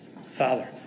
Father